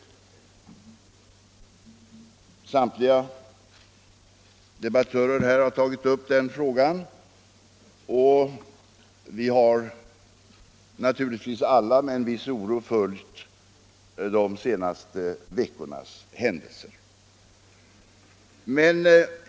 Samtliga debattörer här har tagit upp den frågan, och vi har naturligtvis alla med en viss oro följt de senaste veckornas händelser.